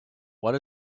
what